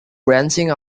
branching